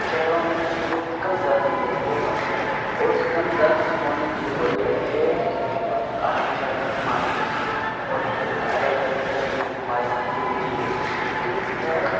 شہروں میں بہت کم درخت ملیں گے بہت کم درخت اور اس کم درخت ہونے کی وجہ سے بہت آپ کو شہر میں بیمار ملیں گے بہت الگ الگ طریقے کی بیماری مشغول ملیں گے تو وہ درخت